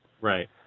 Right